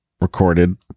recorded